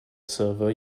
server